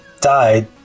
died